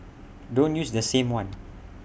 don't use the same one